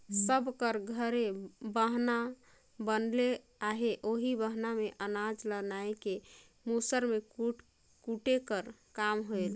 सब कर घरे बहना बनले रहें ओही बहना मे अनाज ल नाए के मूसर मे कूटे कर काम होए